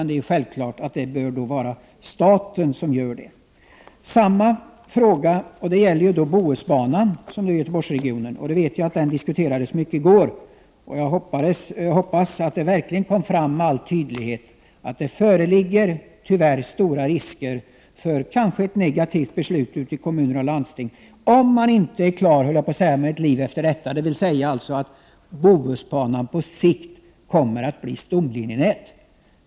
Det är självklart att det bör vara staten som står för den kostnaden. Bohusbanan diskuterades mycket i går. Jag hoppas att det verkligen kom fram med all önskvärd tydlighet att det tyvärr föreligger stora risker för ett negativt beslut ute i kommuner och landsting, om man inte är klar över att Bohusbanan på sikt blir en stomlinje.